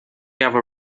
ever